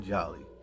Jolly